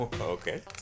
okay